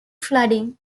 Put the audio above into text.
flooding